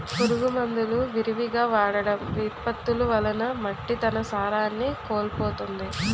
పురుగు మందులు విరివిగా వాడటం, విపత్తులు వలన మట్టి తన సారాన్ని కోల్పోతుంది